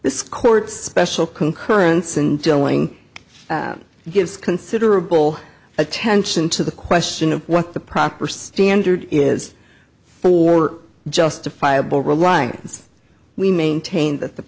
this court special concurrence and tilling gives considerable attention to the question of what the proper standard is for justifiable reliance we maintain that the